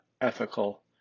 ethical